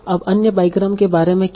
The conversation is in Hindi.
अब अन्य बाईग्राम के बारे में क्या